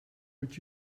would